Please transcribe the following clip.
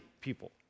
people